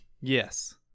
yes